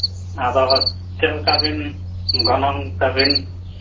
ᱟᱫᱚ ᱪᱮᱫ ᱞᱮᱠᱟᱵᱮᱱ ᱜᱚᱱᱚᱝ ᱛᱟᱵᱮᱱ